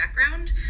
background